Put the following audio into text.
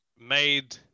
made